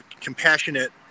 compassionate